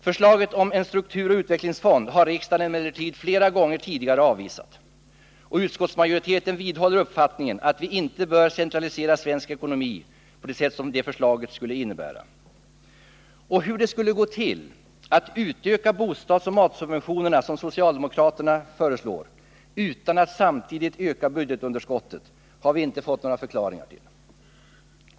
Förslaget om en strukturoch utvecklingsfond har riksdagen emellertid flera gånger tidigare avvisat, och utskottsmajoriteten vidhåller ppfattningen att vi inte bör centralisera svensk ekonomi på det sätt som det förslaget skulle innebära. Hur det skulle gå till att utöka bostadsoch matsubventionerna, som socialdemokraterna föreslår, utan att samtidigt öka budgetunderskottet har vi inte fått några förklaringar till.